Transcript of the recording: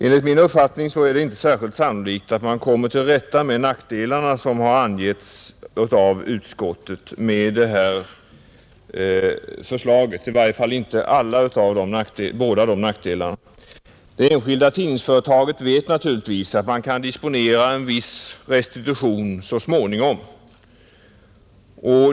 Enligt min uppfattning är det inte särskilt sannolikt att man med detta förslag kommer till rätta med de nackdelar som har angivits av utskottet — i varje fall inte helt och hållet. Det enskilda tidningsföretaget vet naturligtvis, att man så småningom kan disponera en viss restitution.